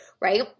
right